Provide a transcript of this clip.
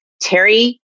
Terry